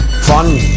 Fun